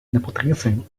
nepotism